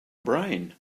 brain